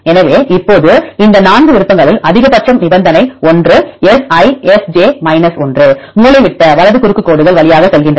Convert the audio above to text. எனவே இப்போது இந்த 4 விருப்பங்களில் அதிகபட்சம் நிபந்தனை ஒன்று Si S j 1 மூலைவிட்ட வலது குறுக்கு கோடுகள் வழியாக செல்கிறது